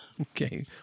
Okay